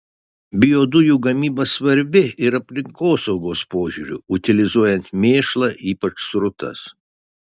biodujų gamyba svarbi ir aplinkosaugos požiūriu utilizuojant mėšlą ypač srutas